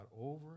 over